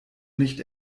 nicht